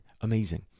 amazing